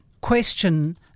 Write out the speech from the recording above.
question